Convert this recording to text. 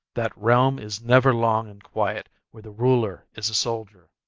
that realm is never long in quiet where the ruler is a soldier.